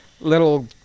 little